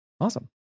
Awesome